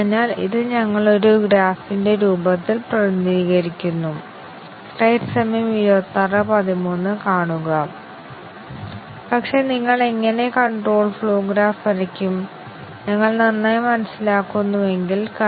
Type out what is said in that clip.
അതിനാൽ ഞങ്ങൾ ഇത് ശരിക്കും അർത്ഥമാക്കുന്നത് MCDC പരിശോധന നടത്തുകയാണെങ്കിൽ മറ്റേതെങ്കിലും അവസ്ഥ പരിശോധനയെക്കുറിച്ച് ഞങ്ങൾ വിഷമിക്കേണ്ടതില്ല എന്നതാണ്